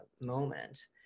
moment